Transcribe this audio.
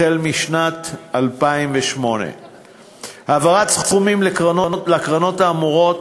החל בשנת 2008. העברת סכומים לקרנות האמורות